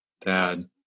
dad